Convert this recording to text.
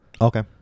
Okay